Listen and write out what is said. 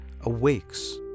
awakes